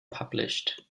published